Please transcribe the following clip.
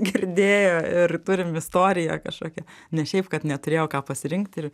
girdėjo ir turim istoriją kažkokią ne šiaip kad neturėjo ką pasirinkt ir